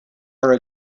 are